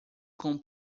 com